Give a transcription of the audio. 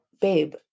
babe